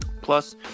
Plus